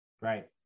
right